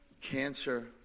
Cancer